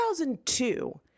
2002